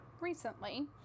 recently